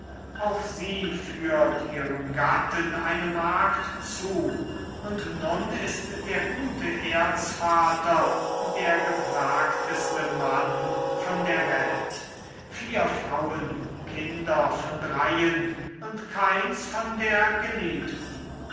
auch sie führt ihrem gatten eine magd zu und nun ist der gute erzvater der geplagteste mann von der welt vier frauen kinder von dreien und keins von der geliebten